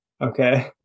Okay